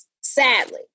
sadly